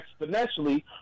exponentially